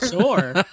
Sure